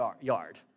yard